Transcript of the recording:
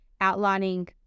outlining